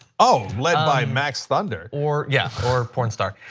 ah led by max thunder. or yeah or porn star.